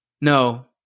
No